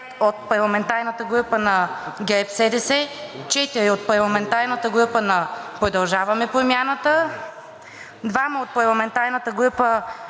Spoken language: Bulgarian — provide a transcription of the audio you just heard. от парламентарната група на ГЕРБ-СДС, 4 от парламентарната група „Продължаваме Промяната“, 2 от парламентарната група